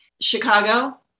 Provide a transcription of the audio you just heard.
Chicago